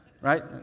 right